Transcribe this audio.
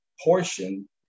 portion